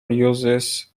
uses